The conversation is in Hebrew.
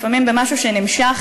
לפעמים במשהו שנמשך